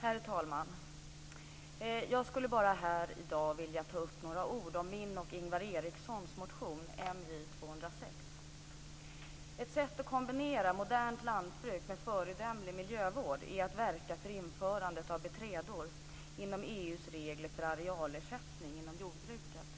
Herr talman! Jag skulle bara här i dag vilja säga några ord om min och Ingvar Erikssons motion Ett sätt att kombinera modernt lantbruk med föredömlig miljövård är att verka för införandet av "beträdor" inom EU:s regler för arealersättning inom jordbruket.